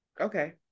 Okay